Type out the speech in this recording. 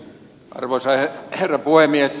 arvoisa herra puhemies